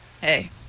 Hey